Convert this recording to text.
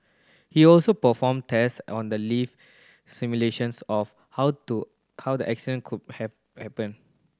he also performed tests on the lift simulations of how to how the accident could have happened